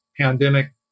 pandemic